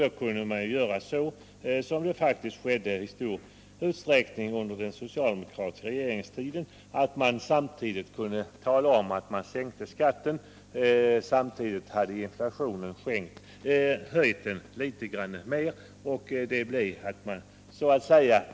Då kunde man — vilket också skedde i stor utsträckning under den socialdemokratiska regeringens tid — tala om att man sänkte skatten, men samtidigt hade inflationen bidragit till en höjning.